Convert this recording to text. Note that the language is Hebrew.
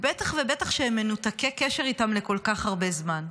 בטח ובטח כשהם מנותקי קשר איתם לכל כך הרבה זמן.